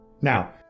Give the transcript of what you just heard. Now